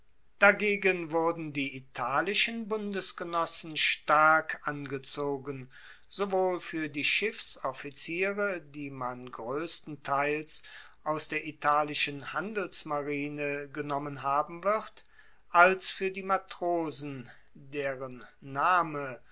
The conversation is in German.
dagegen wurden die italischen bundesgenossen stark angezogen sowohl fuer die schiffsoffiziere die man groesstenteils aus der italischen handelsmarine genommen haben wird als fuer die matrosen deren name